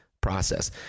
process